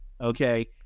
okay